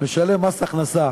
משלם מס הכנסה